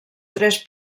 tres